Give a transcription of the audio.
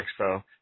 Expo